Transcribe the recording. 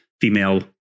female